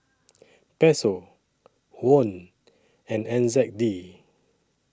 Peso Won and N Z D